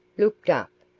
looked up,